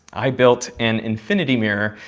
i built an infinity mirror,